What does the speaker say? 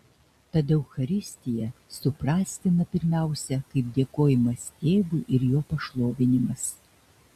tad eucharistija suprastina pirmiausia kaip dėkojimas tėvui ir jo pašlovinimas